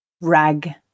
Rag